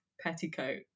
petticoat